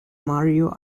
mario